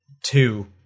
two